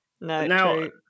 No